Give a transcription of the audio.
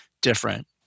different